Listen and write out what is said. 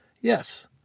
Yes